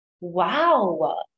Wow